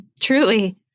Truly